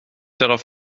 darauf